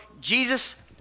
jesus